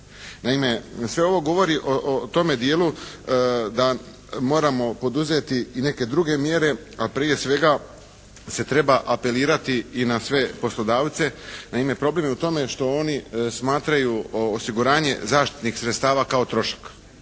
Naime sve ovo govori o tome dijelu da moramo poduzeti i neke druge mjere, a prije svega se treba apelirati i na sve poslodavce. Naime problem je u tome što oni smatraju osiguranje zaštitnih sredstava kao trošak.